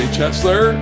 Chesler